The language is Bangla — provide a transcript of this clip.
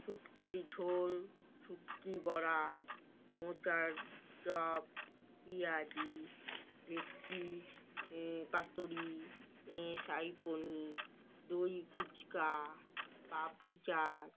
সুটকির ঝোল সুটকি বড়া মোটার চপ পেঁয়াজি ভেটকি পাতড়ি শাহী পনীর দই ফুচকা পাপড়িচ